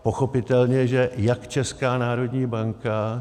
Pochopitelně, že jak Česká národní banka...